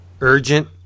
urgent